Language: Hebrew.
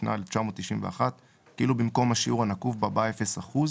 התשנ"א-1991 כאילו במקום השיעור הנקוב בה בא "0%".